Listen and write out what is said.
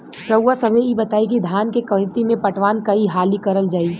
रउवा सभे इ बताईं की धान के खेती में पटवान कई हाली करल जाई?